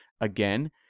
again